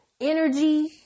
energy